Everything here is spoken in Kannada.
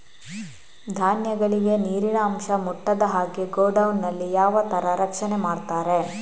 ಧಾನ್ಯಗಳಿಗೆ ನೀರಿನ ಅಂಶ ಮುಟ್ಟದ ಹಾಗೆ ಗೋಡೌನ್ ನಲ್ಲಿ ಯಾವ ತರ ರಕ್ಷಣೆ ಮಾಡ್ತಾರೆ?